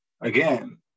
again